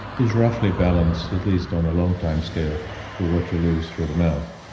is roughly balanced at least on a long time scale to what you lose through the mouth.